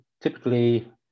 typically